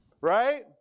right